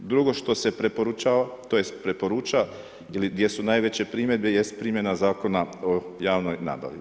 Drugo što se preporučava, tj. preporuča ili gdje su najveće primjedbe jest primjena zakona o javnoj nabavi.